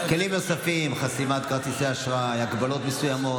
כלים נוספים: חסימת כרטיסי אשראי, הגבלות מסוימות.